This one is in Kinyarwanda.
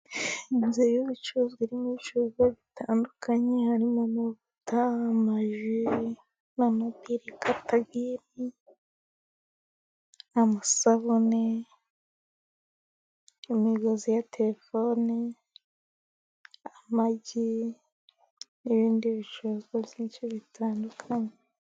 Inzu y'ubucuruzi irimo ibicuruzwa bitandukanye . Harimo amavuta, amaji ,amasabune, imigozi ya telefone ,amagi n'ibindi bicuruzwa byinshi bitandukanye.